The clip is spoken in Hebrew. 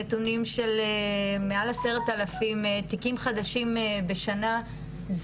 נתונים של מעל 10,000 תיקים חדשים בשנה,